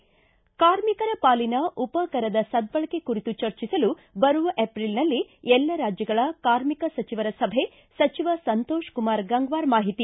ಿಗೆ ಕಾರ್ಮಿಕರ ಪಾಲಿನ ಉಪಕರದ ಸದ್ದಳಕೆ ಕುರಿತು ಚರ್ಚಿಸಲು ಬರುವ ಏಪ್ರಿಲ್ನಲ್ಲಿ ಎಲ್ಲಾ ರಾಜ್ಯಗಳ ಕಾರ್ಮಿಕ ಸಚಿವರ ಸಭೆ ಸಚಿವ ಸಂತೋಷ್ ಕುಮಾರ್ ಗಂಗ್ವಾರ್ ಮಾಹಿತಿ